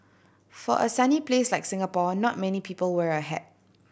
for a sunny place like Singapore not many people wear a hat